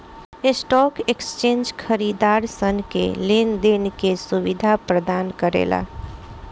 stock exchange खरीदारसन के लेन देन के सुबिधा परदान करेला